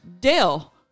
Dale